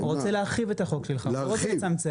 הוא רוצה להרחיב את החוק שלך, הוא לא רוצה לצמצם.